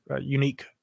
unique